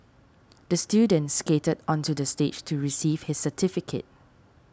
the student skated onto the stage to receive his certificate